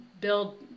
build